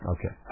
Okay